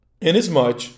Inasmuch